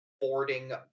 boarding